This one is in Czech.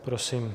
Prosím.